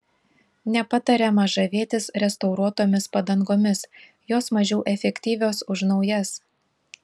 nepatariama žavėtis restauruotomis padangomis jos mažiau efektyvios už naujas